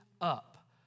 up